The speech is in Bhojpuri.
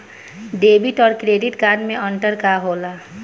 डेबिट और क्रेडिट कार्ड मे अंतर का होला?